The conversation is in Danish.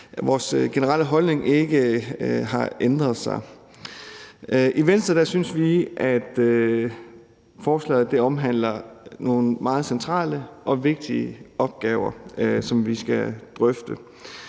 vores generelle holdning ikke har ændret sig. I Venstre synes vi, at forslaget omhandler nogle meget centrale og vigtige opgaver, som vi skal drøfte.